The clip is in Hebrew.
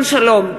סילבן שלום,